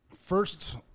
first